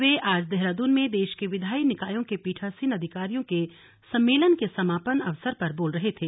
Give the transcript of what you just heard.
वे आज देहराद्न में देश के विधायी निकायों के पीठासीन अधिकारियों के सम्मेलन के समापन अवसर पर बोल रहे थे